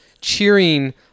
cheering